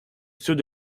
ceux